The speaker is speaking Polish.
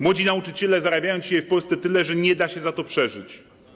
Młodzi nauczyciele zarabiają dzisiaj w Polsce tyle, że nie da się za to przeżyć.